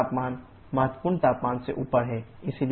यह तापमान महत्वपूर्ण तापमान से ऊपर है